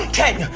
ten,